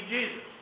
Jesus